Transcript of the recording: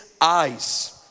eyes